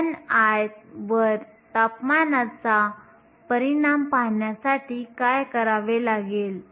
ni वर तापमानाचा परिणाम पाहण्यासाठी काय करावे लागेल